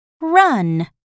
Run